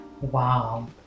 Wow